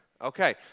Okay